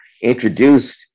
introduced